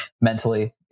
mentally